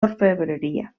orfebreria